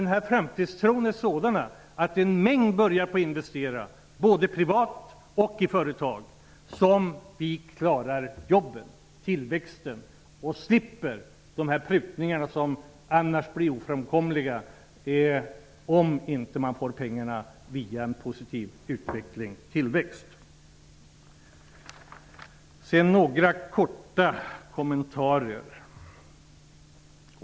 När framtidstron är sådan att många, både privatpersoner och företag, börjar investera klarar vi jobben och tillväxten. Vi slipper dessutom de prutningar som är ofrånkomliga om man inte får in pengar via en positiv utveckling och tillväxt. Jag vill göra några korta kommentarer.